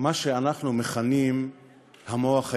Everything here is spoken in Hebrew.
מה שאנחנו מכנים "המוח היהודי",